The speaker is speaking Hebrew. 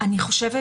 אני חושבת